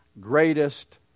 greatest